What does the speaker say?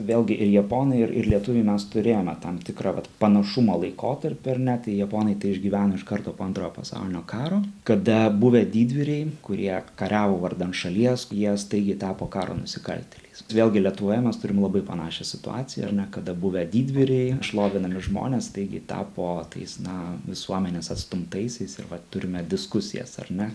vėlgi ir japonai ir ir lietuviai mes turėjome tam tikrą vat panašumo laikotarpį ar ne tai japonai tai išgyveno iš karto po antrojo pasaulinio karo kada buvę didvyriai kurie kariavo vardan šalies jie staigiai tapo karo nusikaltėliais vėlgi lietuvoje mes turim labai panašią situaciją ar ne kada buvę dydvyriai šlovinami žmonės staigiai tapo tais na visuomenės atstumtaisiais ir va turime diskusijas ar ne